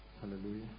Hallelujah